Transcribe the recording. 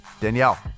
Danielle